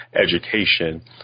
education